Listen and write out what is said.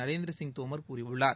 நரேந்திர சிங் தோமர் கூறியுள்ளார்